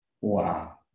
Wow